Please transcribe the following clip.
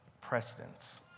precedence